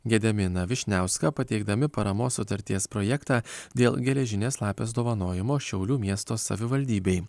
gediminą vyšniauską pateikdami paramos sutarties projektą dėl geležinės lapės dovanojimo šiaulių miesto savivaldybei